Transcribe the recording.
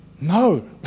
No